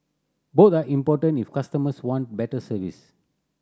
both are important if customers want better service